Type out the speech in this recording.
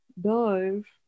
dive